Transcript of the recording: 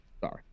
Sorry